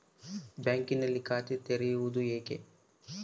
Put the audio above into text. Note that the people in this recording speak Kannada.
ಬ್ಯಾಂಕಿನಲ್ಲಿ ಖಾತೆ ತೆರೆಯುವುದು ಹೇಗೆ?